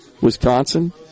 Wisconsin